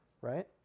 right